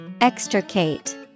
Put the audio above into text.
Extricate